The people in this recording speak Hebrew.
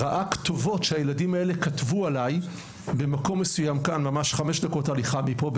ראה כתובות שהילדים האלה כתבו עליי במקום מסוים חמש דקות הליכה מפה,